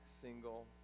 single